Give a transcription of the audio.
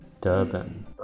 durban